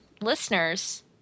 listeners